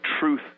truth